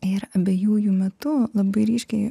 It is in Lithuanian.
ir abejų jų metu labai ryškiai